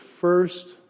first